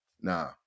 nah